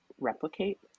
replicate